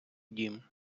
дім